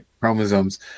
chromosomes